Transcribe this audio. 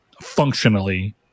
functionally